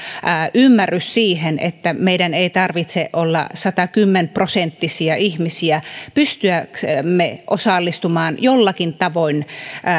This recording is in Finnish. ymmärrys siihen että meidän ei tarvitse olla satakymmentä prosenttisia ihmisiä pystyäksemme osallistumaan jollakin tavoin